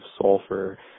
sulfur